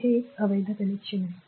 तर हे अवैध कनेक्शन आहे